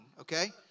okay